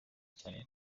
cyane